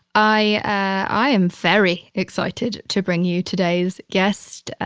i. i am very excited to bring you today's guest.